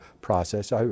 process